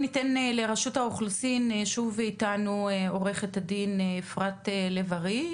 נמצאות אתנו עו"ד אפרת לב ארי,